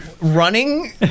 running